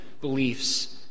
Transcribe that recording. beliefs